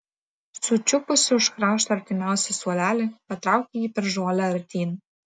sučiupusi už krašto artimiausią suolelį patraukė jį per žolę artyn